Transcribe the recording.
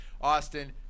Austin